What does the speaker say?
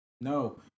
No